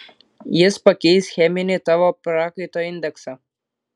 jis pakeis cheminį tavo prakaito indeksą